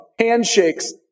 handshakes